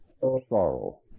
sorrow